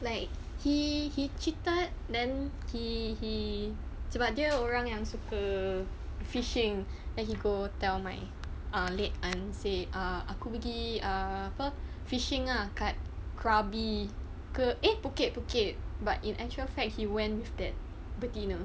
like he he cheated then he he sebab dia orang yang suka fishing like he go tell my ah late aunt say err aku pergi err fishing ah kat krabi eh phuket phuket but in actual fact he went with that betina